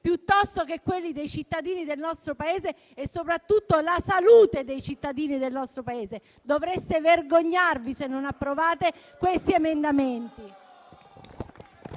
piuttosto che quelli dei cittadini del nostro Paese e soprattutto la salute dei cittadini del nostro Paese. Dovreste vergognarvi se non approvate questi emendamenti.